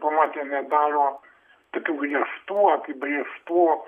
pamatė nedaro tokių griežtų apibrėžtų